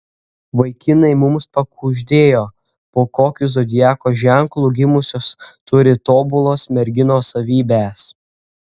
vaikinai mums pakuždėjo po kokiu zodiako ženklu gimusios turi tobulos merginos savybes